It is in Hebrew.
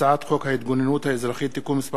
הצעת חוק ההתגוננות האזרחית (תיקון מס'